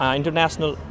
international